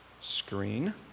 Screen